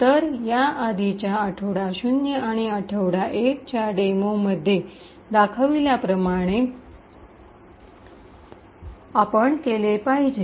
तर आधीच्या आठवडा0 आणि आठवडा१ च्या डेमोमध्ये दाखविल्या प्रमाणे आपण केले पाहिजे